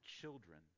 children